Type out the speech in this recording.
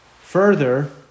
Further